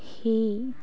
সেই